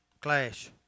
clash